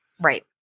Right